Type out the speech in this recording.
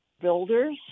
builders